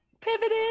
pivoted